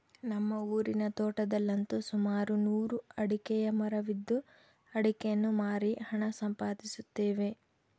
ನಮ್ಮ ಊರಿನ ತೋಟದಲ್ಲಂತು ಸುಮಾರು ನೂರು ಅಡಿಕೆಯ ಮರವಿದ್ದು ಅಡಿಕೆಯನ್ನು ಮಾರಿ ಹಣ ಸಂಪಾದಿಸುತ್ತೇವೆ